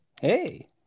Hey